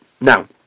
Now